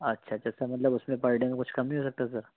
اچھا اچھا سر مطلب اس میں پر ڈے میں کچھ کم نہیں ہو سکتا سر